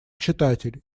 читатель